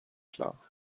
klar